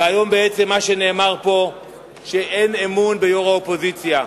ומה שנאמר פה היום הוא שאין אמון ביושבת-ראש האופוזיציה.